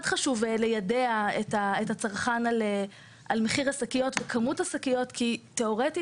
חשוב ליידע את הצרכן על מחיר השקיות וכמותן כי תיאורטית